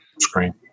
screen